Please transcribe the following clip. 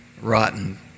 rotten